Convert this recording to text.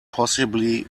possibly